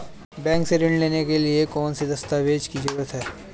Bank से ऋण लेने के लिए कौन से दस्तावेज की जरूरत है?